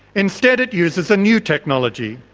instead it uses a new technology,